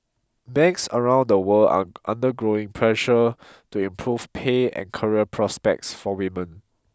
banks around the world are under growing pressure to improve pay and career prospects for women